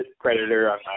predator